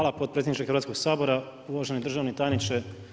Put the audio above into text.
Hvala potpredsjedniče Hrvatskog sabora, uvaženi državni tajniče.